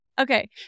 Okay